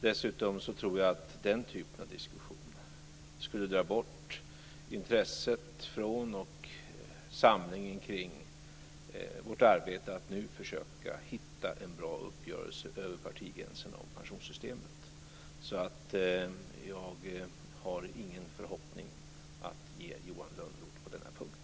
Dessutom tror jag att den typen av diskussion skulle dra bort intresset från och samlingen kring vårt arbete med att försöka hitta en bra uppgörelse över partigränserna om pensionssystemet. Jag har ingen förhoppning att ge Johan Lönnroth på denna punkt.